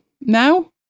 Now